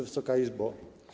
Wysoka Izbo!